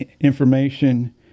information